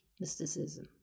mysticism